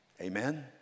Amen